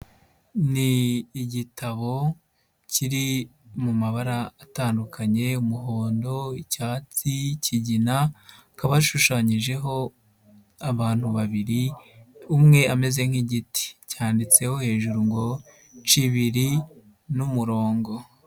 Ni igitabo kiri mu mabara atandukanye; umuhondo, icyatsi, ikigina, hakaba hashushanyijeho abantu babiri, umwe ameze nk'igiti. Cyanditseho hejuru ngo Cibiri n'umurongo.